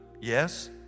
yes